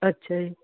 ਅੱਛਾ ਜੀ